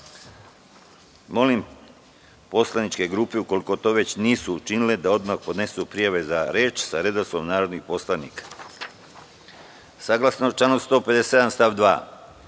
poslaničke grupe, ukoliko to već nisu učinile, da odmah podnesu prijave za reč sa redosledom narodnih poslanika. Saglasno članu 157. stav 2.